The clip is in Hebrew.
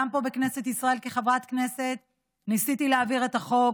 גם פה בכנסת ישראל כחברת כנסת ניסיתי להעביר את החוק,